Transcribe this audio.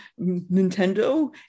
nintendo